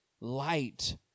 Light